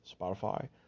Spotify